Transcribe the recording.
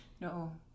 No